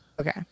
Okay